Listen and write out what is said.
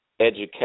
education